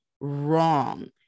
wrong